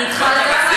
אני אתך לגמרי,